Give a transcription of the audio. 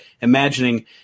imagining